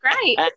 great